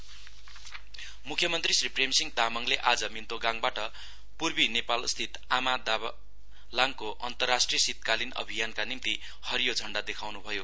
CM expedition मुख्यमन्त्री श्री प्रेमसिंह तामाङले आज मिन्तोकगाङबाट पूर्वी नेपालस्थित आमा दाबलामको अन्तरराष्ट्रिय शीतकालीन अभियानका निम्ति हरियो झण्डा देखाउनुभयो